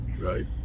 right